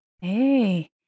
Hey